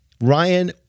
Ryan